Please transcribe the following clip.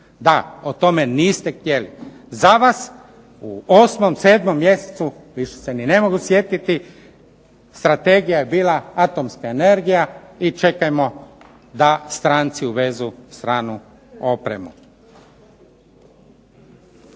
Da, o tome niste htjeli. Za vas u osmom, sedmom mjesecu više se ne mogu ni sjetiti strategija je bila atomska energija i čekajmo da stranci uvezu stranu opremu.